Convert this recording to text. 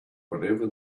whatever